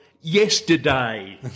yesterday